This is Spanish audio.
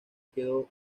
quedó